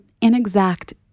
inexact